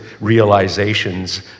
realizations